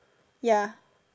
ya